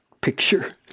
picture